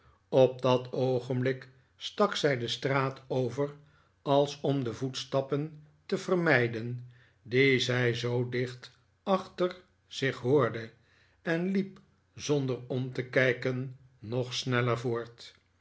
op dat oogenblik stak zij de straat over als om de voetstappen te vermijden die zij zoo dicht achter zich hoorde en liep zonder om te kijken nog sneller voort